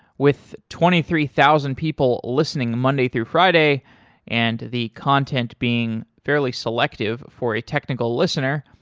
with twenty three thousand people listening monday through friday and the content being fairly selective for a technical listener,